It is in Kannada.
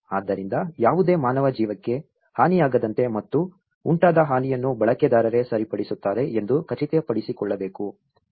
ಆದ್ದರಿಂದ ಯಾವುದೇ ಮಾನವ ಜೀವಕ್ಕೆ ಹಾನಿಯಾಗದಂತೆ ಮತ್ತು ಉಂಟಾದ ಹಾನಿಯನ್ನು ಬಳಕೆದಾರರೇ ಸರಿಪಡಿಸುತ್ತಾರೆ ಎಂದು ಖಚಿತಪಡಿಸಿಕೊಳ್ಳಬೇಕು